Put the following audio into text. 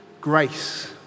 Grace